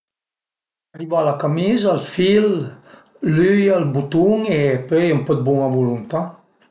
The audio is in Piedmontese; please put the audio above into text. A i va la camiza, ël fil, l'üia, ël butun e pöi ën po 'd bun-a vuluntà